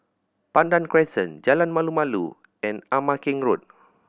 Pandan Crescent Jalan Malu Malu and Ama Keng Road